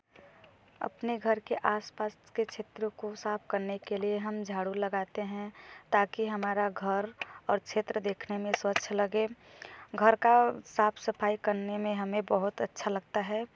अपने घर के आस पास के क्षेत्रों को साफ़ करने के लिए हम झाड़ू लगाते हैं ताकि हमारा घर और क्षेत्र देखने में स्वच्छ लगे घर का साफ़ सफ़ाई करने में हमें बहुत अच्छा लगता है